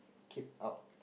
keep out